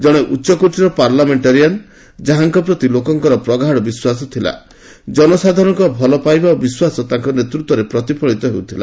ଜଣେ ଉଚ୍ଚକୋଟୀର ପାର୍ଲାମେଟାରିଆନ୍ ଯାହାଙ୍କ ପ୍ରତି ଲୋକଙ୍କ ପ୍ରଗାଢ଼ ବିଶ୍ୱାସ ଥିଲା ଜନସାଧାରଣଙ୍କ ଭଲ ପାଇବା ଓ ବିଶ୍ୱାସ ତାଙ୍କ ନେତୃତ୍ୱରେ ପ୍ରତିଫଳିତ ହେଉଥିଲା